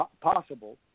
possible